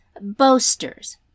boasters